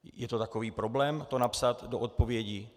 Je to takový problém to napsat do odpovědi?